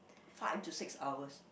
five to six hours